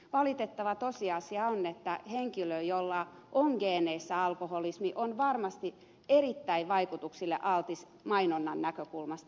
valitettava tosiasia on että henkilö jolla on geeneissä alkoholismi on varmasti erittäin vaikutuksille altis mainonnan näkökulmasta